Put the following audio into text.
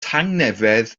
tangnefedd